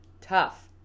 tough